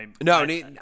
No